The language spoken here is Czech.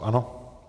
Ano.